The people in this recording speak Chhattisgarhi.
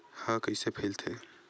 ह कइसे फैलथे?